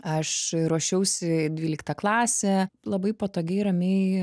aš ruošiausi dvyliktą klasę labai patogiai ramiai